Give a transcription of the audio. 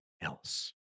else